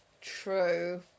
True